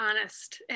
honest